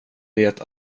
det